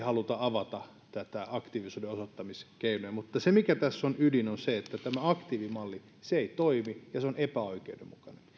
haluta edes avata näitä aktiivisuuden osoittamiskeinoja mutta se mikä tässä on ydin on se että tämä aktiivimalli ei toimi ja se on epäoikeudenmukainen